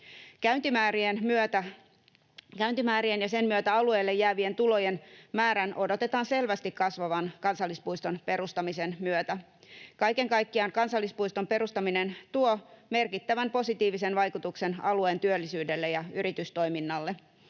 Käyntimäärien ja niiden myötä alueelle jäävien tulojen määrän odotetaan selvästi kasvavan kansallispuiston perustamisen myötä. Kaiken kaikkiaan kansallispuiston perustaminen tuo merkittävän positiivisen vaikutuksen alueen työllisyydelle ja yritystoiminnalle.